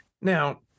now